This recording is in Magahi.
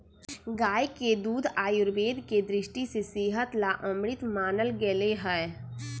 गाय के दूध आयुर्वेद के दृष्टि से सेहत ला अमृत मानल गैले है